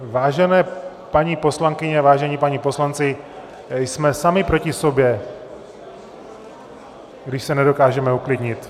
Vážené paní poslankyně, vážení páni poslanci, jsme sami proti sobě, když se nedokážeme uklidnit.